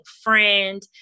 friend